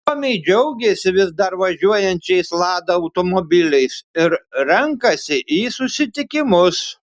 suomiai džiaugiasi vis dar važiuojančiais lada automobiliais ir renkasi į susitikimus